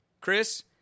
Chris